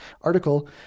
article